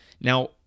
Now